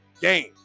game